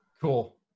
Cool